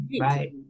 Right